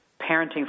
parenting